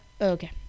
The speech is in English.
Okay